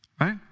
right